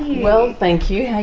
well thank you, yeah